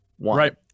Right